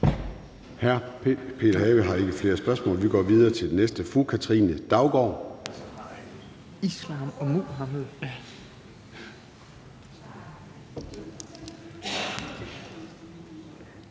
Hr. Peter Have har ikke flere spørgsmål, og så går vi videre til den næste. Fru Katrine Daugaard.